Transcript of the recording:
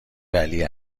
ولی